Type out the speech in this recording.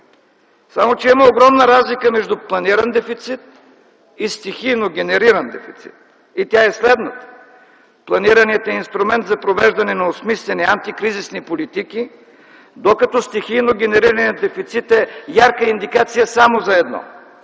Само, че има огромна разлика между планиран дефицит и стихийно генериран дефицит. И тя е следната: планираният е инструмент за провеждане на осмислени антикризисни политики, докато стихийно генерираният дефицит е ярка индикация само за едно –